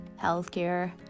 healthcare